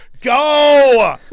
go